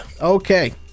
Okay